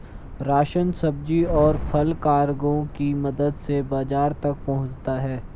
ration, सब्जी, और फल कार्गो की मदद से बाजार तक पहुंचता है